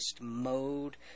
mode